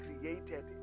created